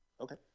okay